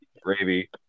Gravy